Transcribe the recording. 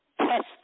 test